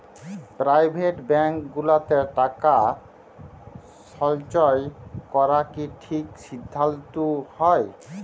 private bank গুলাতে টাকা সল্চয় ক্যরা কি ঠিক সিদ্ধাল্ত হ্যয়